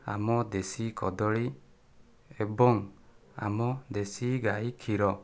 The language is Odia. ଆମ ଦେଶୀ କଦଳୀ ଏବଂ ଆମ ଦେଶୀ ଗାଈ କ୍ଷୀର